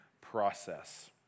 process